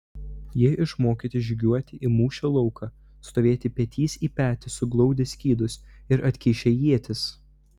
jie išmokyti žygiuoti į mūšio lauką stovėti petys į petį suglaudę skydus ir atkišę ietis